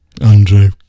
Andrew